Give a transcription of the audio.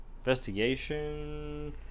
investigation